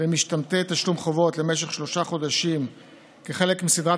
למשתמטי תשלום חובות למשך שלושה חודשים כחלק מסדרת